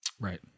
Right